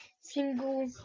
single